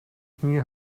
inge